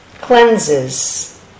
cleanses